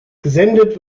gesendet